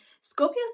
Scorpio